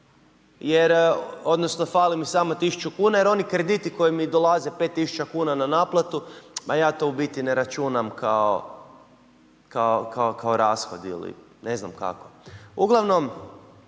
odnosno, fali mi samo 1000 kn, jer oni krediti koji mi dolaze 5000 kn na naplatu, ma ja to u biti ne računam kao rashod ili ne znam kako.